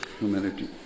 humanity